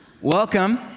Welcome